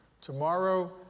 Tomorrow